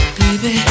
baby